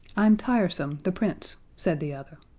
i'm tiresome, the prince, said the other.